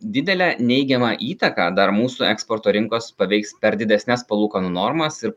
didelę neigiamą įtaką dar mūsų eksporto rinkos paveiks per didesnes palūkanų normas ir